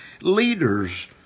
leaders